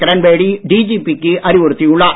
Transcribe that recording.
Kiran Bedi DGP க்கு அறிவுறுத்தி உள்ளார்